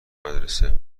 مدرسه